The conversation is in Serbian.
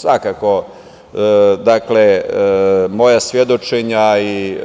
Svakako moja svedočenja i